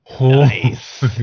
Nice